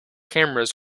cameras